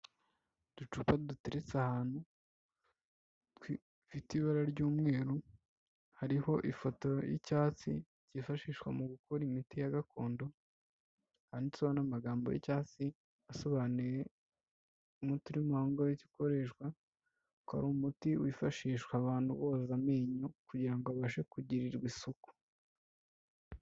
uducupa duteretse ahantu dufite ibara ry'umweru hariho ifoto y'icyatsi cyifashishwa mu gukora imiti ya gakondo handitseho n'amagambo y'icyatsi asobanuye umuti urimo aho ngaho icyo ukoreshwa, ko ari umuti wifashishwa abantu boza amenyo kugira ngo abashe kugirirwa isuku.